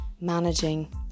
managing